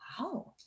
Wow